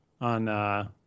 on –